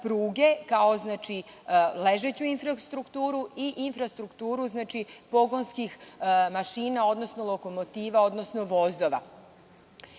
pruge, kao ležeću infrastrukturu, i infrastrukturu pogonskih mašina, odnosno lokomotiva, odnosno vozova. Ovim